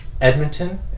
Edmonton